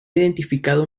identificado